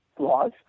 laws